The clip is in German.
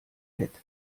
fett